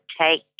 take